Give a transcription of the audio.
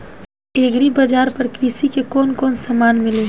Agri बाजार पर कृषि के कवन कवन समान मिली?